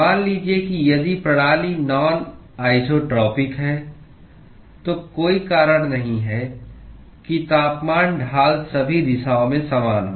मान लीजिए कि यदि प्रणाली नान आइसोट्रोपिक है तो कोई कारण नहीं है कि तापमान ढाल सभी दिशाओं में समान हो